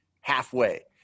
halfway